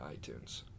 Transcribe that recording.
iTunes